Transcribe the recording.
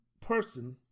person